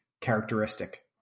characteristic